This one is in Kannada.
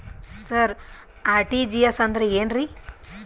ಸರ ಆರ್.ಟಿ.ಜಿ.ಎಸ್ ಅಂದ್ರ ಏನ್ರೀ?